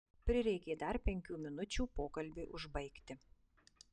prireikė dar penkių minučių pokalbiui užbaigti